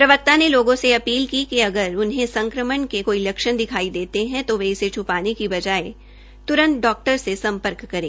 प्रवक्ता ने लोगों से अपली की कि अगर उन्हें संक्रमण के कोई लक्षण दिखाई देते है तो वे इसे छ्पाने के बजाये त्रंत डाक्टर से सम्पर्क करें